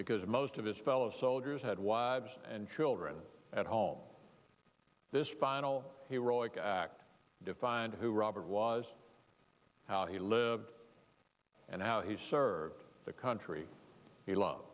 because most of his fellow soldiers had wives and children at home this final heroic act defined who robert was how he lived and how he served the country he lo